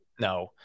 No